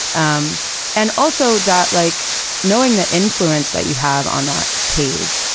um and also that like knowing the influence that you have on that page,